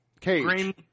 Cage